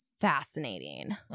fascinating